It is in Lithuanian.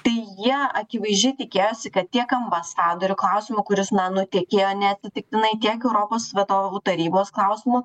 tai jie akivaizdžiai tikėjosi kad tiek ambasadorių klausimu kuris na nutekėjo neatsitiktinai tiek europos vadovų tarybos klausimu